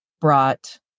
brought